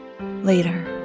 later